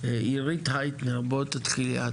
עירית הייטנר, תתחילי.